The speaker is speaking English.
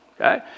okay